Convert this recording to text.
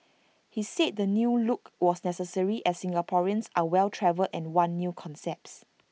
he says the new look was necessary as Singaporeans are well travelled and want new concepts